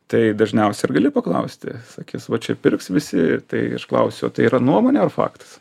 tai dažniausia ir gali paklausti sakys va čia pirks visi ir tai aš klausiu tai yra nuomonė ar faktas